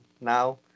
now